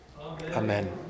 Amen